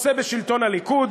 הציבור רוצה בשלטון הליכוד,